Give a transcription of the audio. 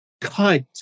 cut